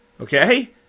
Okay